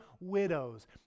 widows